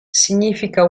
significa